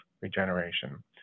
regeneration